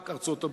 רק ארצות-הברית.